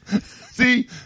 See